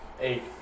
Eight